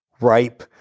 ripe